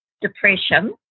depression